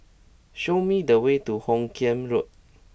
show me the way to Hoot Kiam Road